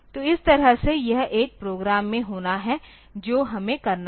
तो इस तरह से यह एक प्रोग्राम में होना है जो हमें करना है